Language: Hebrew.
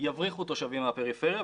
יבריחו את תושבים מהפריפריה,